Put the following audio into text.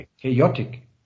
chaotic